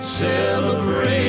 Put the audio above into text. Celebrate